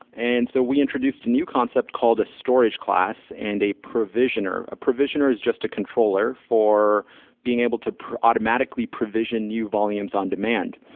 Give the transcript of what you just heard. and so we introduced a new concept called a storage class and a provisioner. a provisioner is just a controller for being able to automatically provision new volumes on demand.